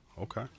Okay